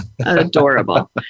Adorable